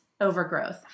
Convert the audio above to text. overgrowth